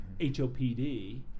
HOPD